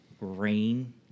rain